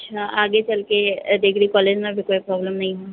अच्छा आगे चल के डिग्री कॉलेज में भी कोई प्रॉबलम नहीं हो